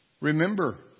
Remember